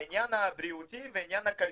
העניין הבריאותי והעניין הכלכלי,